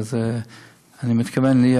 אבל אני מתכוון להיות,